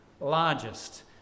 largest